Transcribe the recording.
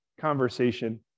conversation